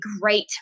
great